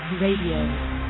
Radio